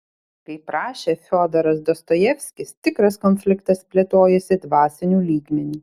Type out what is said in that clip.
kaip rašė fiodoras dostojevskis tikras konfliktas plėtojasi dvasiniu lygmeniu